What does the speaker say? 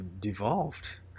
devolved